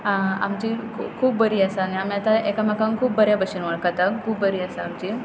आमची खूब बरी हें आसा आनी आमी आतां एकामेकांक खूब बऱ्या भशेन वळखता खूब बरी आसा आमची